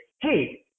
Hey